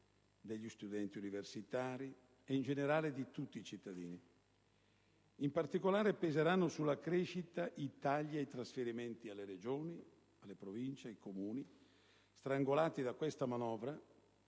degli studenti universitari e, in generale, di tutti i cittadini. In particolare, peseranno sulla crescita i tagli ai trasferimenti alle Regioni, alle Province e ai Comuni, strangolati da questa manovra,